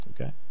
Okay